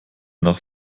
nach